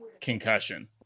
concussion